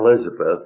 Elizabeth